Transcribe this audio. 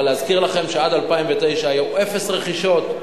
אבל אזכיר לכם שעד 2009 היו אפס רכישות,